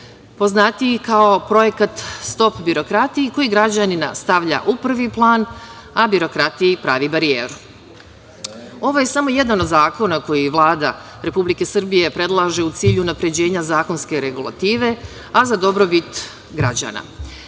poznatiji kao projekat „Stop birokratiji“, koji građanina stavlja u prvi plan, a birokratiji pravi barijeru. Ovo je samo jedan od zakona koji Vlada Republike Srbije predlaže u cilju unapređenja zakonske regulative, a za dobrobit